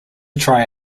try